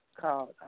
called